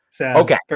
Okay